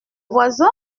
voisin